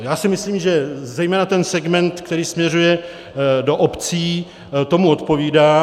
Já si myslím, že zejména segment, který směřuje do obcí, tomu odpovídá.